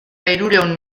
hirurehun